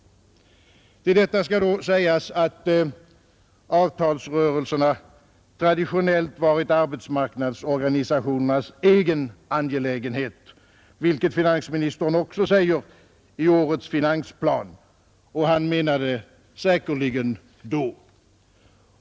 Till det skall sägas att avtalsrörelserna traditionellt varit arbetsmarknadsorganisationernas egen angelägenhet, vilket finansministern också säger i årets finansplan; och han menade det säkerligen då.